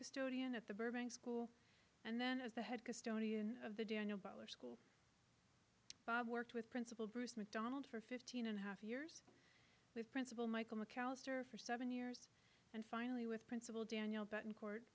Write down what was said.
custodian at the burbank school and then as the head custodian of the daniel butler school bob worked with principal bruce mcdonald for fifteen and a half years with principal michael mcallister for seven years and finally with principal daniel betancourt